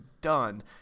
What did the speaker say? done